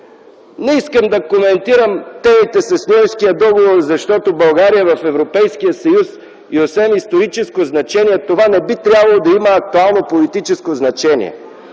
Не искам да коментирам темите с Ньойския договор, защото България е в Европейския съюз и освен историческо значение, това не би трябвало да има актуално политическо значение.